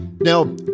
Now